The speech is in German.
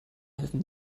helfen